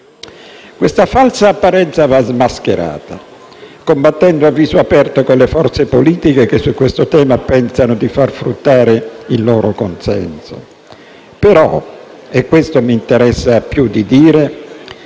Questa falsa apparenza va smascherata: combattendo a viso aperto quelle forze politiche che su questo tema pensano di far fruttare il loro consenso. Però - e questo mi interessa più di dire